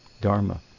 Dharma